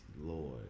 Lord